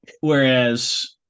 Whereas